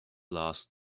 last